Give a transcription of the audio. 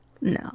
No